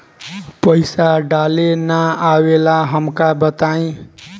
पईसा डाले ना आवेला हमका बताई?